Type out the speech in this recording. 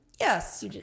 Yes